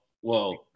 whoa